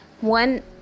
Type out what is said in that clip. One